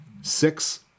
six